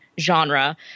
genre